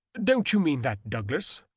don't you mean that, douglas?